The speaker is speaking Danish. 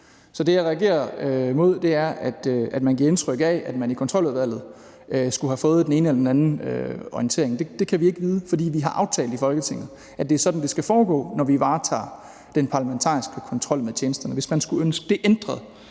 Så det, jeg reagerer mod, er, at man giver indtryk af, at man i Kontroludvalget skulle have fået den ene eller den anden orientering. Det kan vi ikke vide, fordi vi i Folketinget har aftalt, at det er sådan, det skal foregå, når vi varetager den parlamentariske kontrol med tjenesterne. Hvis man skulle ønske det ændret,